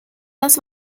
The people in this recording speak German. das